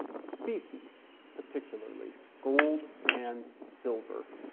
specie particularly, gold and silver.